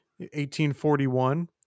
1841